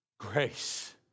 Grace